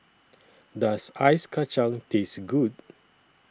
Does Ice Kacang Taste Good